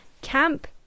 Camp